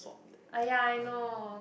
ah ya I know